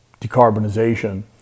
decarbonization